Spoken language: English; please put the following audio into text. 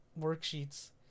worksheets